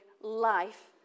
life